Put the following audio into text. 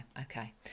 okay